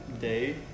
day